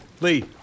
Lee